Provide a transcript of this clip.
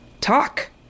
talk